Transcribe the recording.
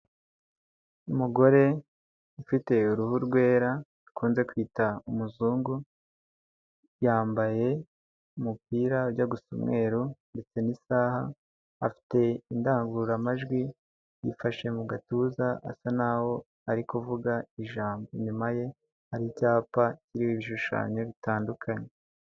Umugore ufite uruhu rwera rukunze kwita umuzungu, yambaye umupira by'asa umwe ndetse n'isaha afite indangururamajwi yifashe mu gatuza asa naho ari kuvuga ijambo, inyuma ye hari icyapa cy' ibishushanyo bitandukanye.